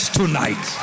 tonight